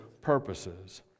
purposes